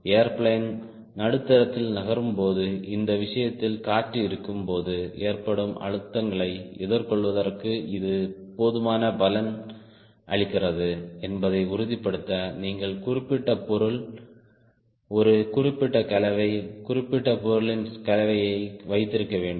airplane நடுத்தரத்தில் நகரும் போது இந்த விஷயத்தில் காற்று இருக்கும் போது ஏற்படும் அழுத்தங்களை எதிர்கொள்வதற்கு இது போதுமான பலம் அளிக்கிறது என்பதை உறுதிப்படுத்த நீங்கள் குறிப்பிட்ட பொருள் ஒரு குறிப்பிட்ட கலவை குறிப்பிட்ட பொருளின் கலவையை வைத்திருக்க வேண்டும்